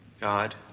God